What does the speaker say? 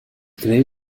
grave